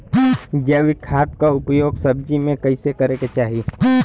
जैविक खाद क उपयोग सब्जी में कैसे करे के चाही?